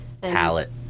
palette